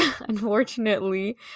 unfortunately